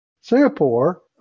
Singapore